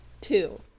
two